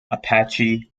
apache